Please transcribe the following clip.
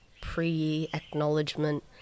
pre-acknowledgement